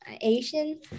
Asian